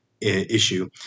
issue